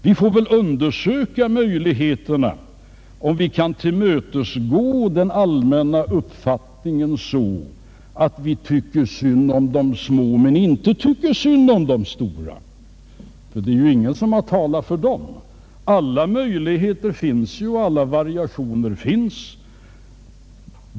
Vi får väl undersöka möjligheterna och se om vi kan tillmötesgå den allmänna uppfattningen så, att vi tycker synd om de små, men inte om de stora — det är ju ingen som har talat för dem. Alla möjligheter finns ju, och alla variationer finns.